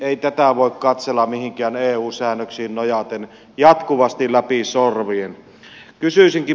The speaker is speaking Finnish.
ei tätä voi katsella mihinkään eu säännöksiin nojaten jatkuvasti läpi sormien